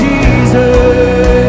Jesus